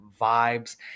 vibes